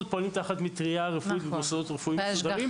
פועלים תחת מטריה רפואית ומוסדות רפואיים מוסדרים.